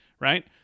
right